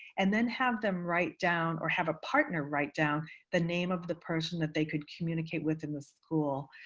and then have them write down or have a partner write down the name of the person that they could communicate with in the school.